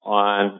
on